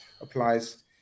applies